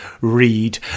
read